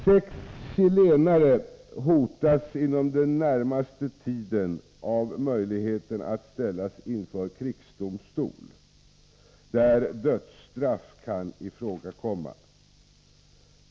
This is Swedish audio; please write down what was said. Sex chilenare hotas inom den närmaste tiden av möjligheten att ställas inför krigsdomstol, där dödsstraff kan ifrågakomma.